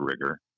rigor